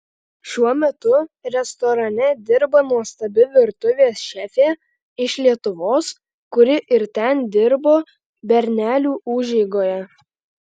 šiuo metu restorane dirba nuostabi virtuvės šefė iš lietuvos kuri ir ten dirbo bernelių užeigoje